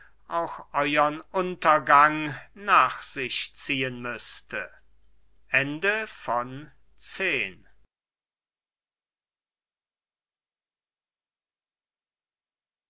auch euern untergang nach sich ziehen müßte